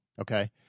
okay